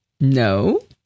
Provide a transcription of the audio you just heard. No